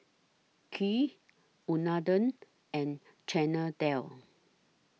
Kheer Unadon and Chana Dal